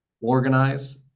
organize